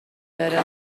داره